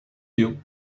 you